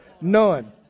None